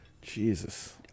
Jesus